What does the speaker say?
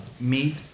meet